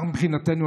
מבחינתנו,